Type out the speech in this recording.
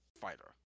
fighter